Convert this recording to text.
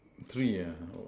three ah oh